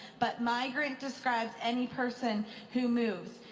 but migrant describes any person who moves,